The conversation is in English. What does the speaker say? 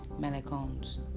Malecones